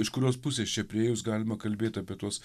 iš kurios pusės čia priėjus galima kalbėt apie tuos